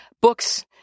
books